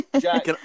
Jack